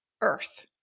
Earth